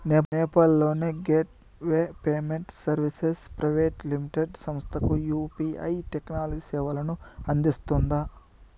నేపాల్ లోని gateway payment services private limited సంస్థకు UPI technology సేవలను అందిస్తుందా?